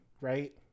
right